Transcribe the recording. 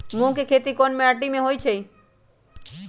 मूँग के खेती कौन मीटी मे होईछ?